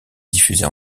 diffusées